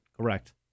correct